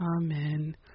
amen